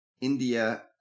India